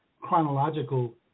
chronological